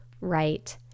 right